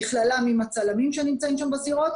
בכללם עם הצלמים שנמצאים שם בזירות,